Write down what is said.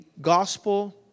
gospel